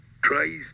tries